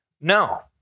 No